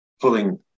pulling